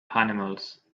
animals